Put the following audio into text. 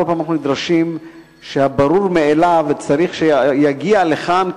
כל פעם אנחנו נדרשים שהברור מאליו צריך שיגיע לכאן,